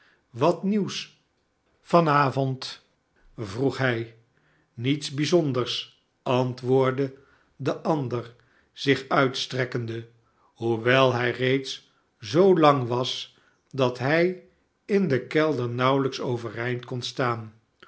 wat nieuws van avond vroeg hij niets bijzonders antwoordde de ander zich uitstrekkende hoewel hij reeds zoo lang was dat hij in den kelder nauwelijks overeind kon staan